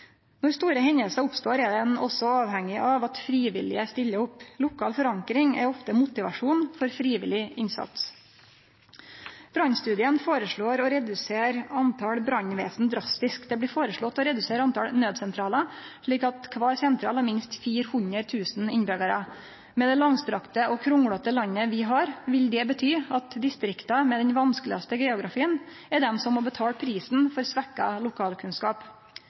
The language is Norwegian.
Når store hendingar oppstår, er ein også avhengig av at frivillige stiller opp. Lokal forankring er ofte motivasjonen for frivillig innsats. I Brannstudien blir det føreslått å redusere talet på brannvesen drastisk. Det blir føreslått å redusere talet på nødsentralar, slik at kvar sentral har minst 400 000 innbyggjarar. Med det langstrekte og krokete landet vi har, vil det bety at distrikta med den vanskelegaste geografien er dei som betaler prisen for svekt lokalkunnskap.